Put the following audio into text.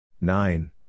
Nine